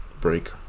break